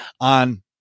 on